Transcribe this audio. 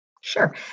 Sure